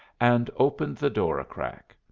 and opened the door a-crack.